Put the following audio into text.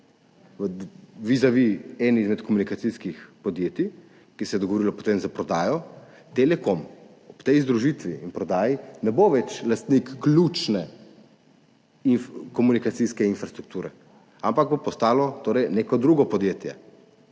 vizavi enemu izmed komunikacijskih podjetij, ki se je potem dogovorilo za prodajo, Telekom ob tej združitvi in prodaji ne bo več lastnik ključne komunikacijske infrastrukture, ampak bo to torej postalo neko drugo podjetje.